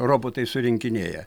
robotai surinkinėja